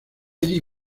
allí